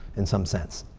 in some sense.